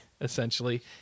essentially